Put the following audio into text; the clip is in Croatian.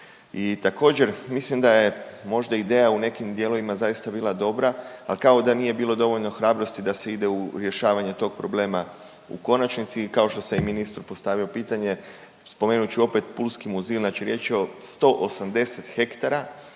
I također mislim da je možda ideja u nekim dijelovima zaista bila dobra, ali kao da nije bilo dovoljno hrabrosti da se ide u rješavanje tog problema u konačnici i kao što sam i ministru postavio pitanje, spomenut ću opet pulski Muzil, znači riječ je o 180 hektara